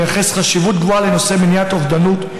מייחס חשיבות רבה לנושא מניעת אובדנות,